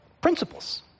principles